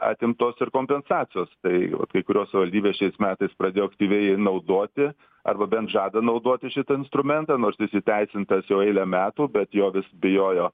atimtos ir kompensacijos taip vat kai kurios valstybės šiais metais pradėjo aktyviai naudoti arba bent žada naudoti šitą instrumentą nors jis įteisintas jau eilę metų bet jo vis bijojo